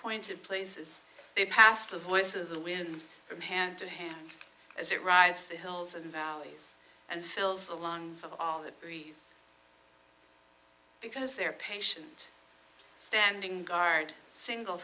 appointed places they pass the voice of the wind from hand to hand as it rides the hills and valleys and fills the lungs of all that because they're patient standing guard single